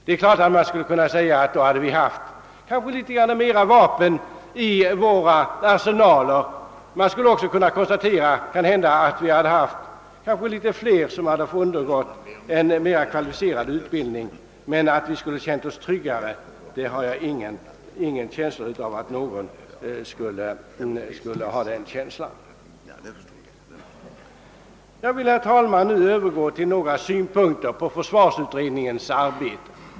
Naturligtvis hade det då funnits litet mera vapen i våra arsenaler, och kanske hade också flera personer inom försvaret undergått en mera kvalificerad utbildning, men det tror jag inte skulle ha skapat någon ökad trygghetskänsla. Herr talman! Jag vill också anföra några synpunkter på försvarsutredningens arbete.